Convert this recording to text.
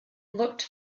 looked